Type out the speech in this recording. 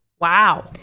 Wow